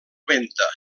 venta